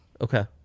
Okay